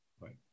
Right